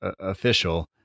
official